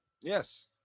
Yes